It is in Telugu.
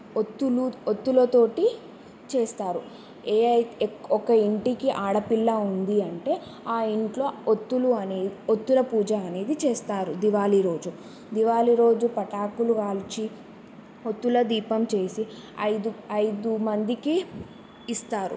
ఒత్తులు ఒత్తులతోటి చేస్తారు ఏ అయి ఒక ఇంటికి ఆడపిల్ల ఉంది అంటే ఆ ఇంట్లో ఒత్తులు అనే ఒత్తుల పూజ అనేది చేస్తారు దివాళీ రోజు దివాళీ రోజు పటాకులు కాల్చి ఒత్తుల దీపం చేసి ఐదు ఐదు మందికి ఇస్తారు